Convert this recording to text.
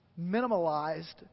minimalized